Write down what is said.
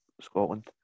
Scotland